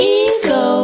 ego